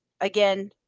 again